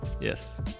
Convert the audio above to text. yes